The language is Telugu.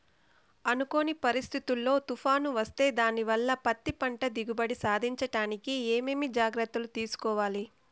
అనుకోని పరిస్థితుల్లో తుఫాను వస్తే దానివల్ల పత్తి పంట దిగుబడి సాధించడానికి ఏమేమి జాగ్రత్తలు తీసుకోవాలి?